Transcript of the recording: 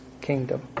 kingdom